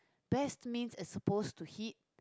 best means it's supposed to hit